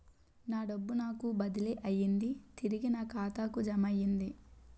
నా డబ్బు నాకు బదిలీ అయ్యింది తిరిగి నా ఖాతాకు జమయ్యింది